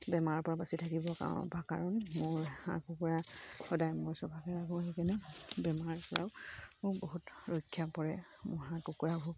বেমাৰৰপৰা বাচি থাকিব কাৰণ মোৰ হাঁহ কুকুৰা সদায় মই চফাকৈ ৰাখোঁ সেইকাৰণে বেমাৰৰপৰাও মোৰ বহুত ৰক্ষা পৰে মোৰ হাঁহ কুকুৰাবোৰ